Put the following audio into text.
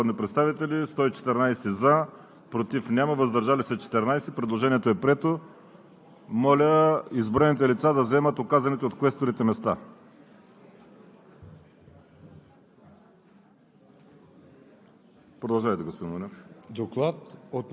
изброените лица. Гласували 128 народни представители: за 114, против няма, въздържали се 14. Предложението е прието. Моля изброените лица да заемат указаните от квесторите места.